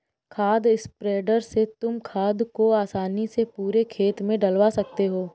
खाद स्प्रेडर से तुम खाद को आसानी से पूरे खेत में डलवा सकते हो